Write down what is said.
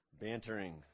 bantering